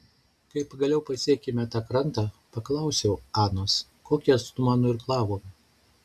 kai pagaliau pasiekėme tą krantą paklausiau anos kokį atstumą nuirklavome